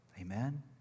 Amen